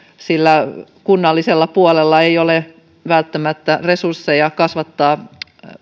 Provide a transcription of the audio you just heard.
sillä kunnallisella puolella ei ole välttämättä resursseja kasvattaa